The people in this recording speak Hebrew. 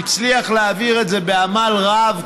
והצליח להעביר את זה בעמל רב.